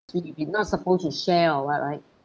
we we not supposed to share or what right